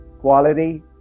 quality